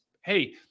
hey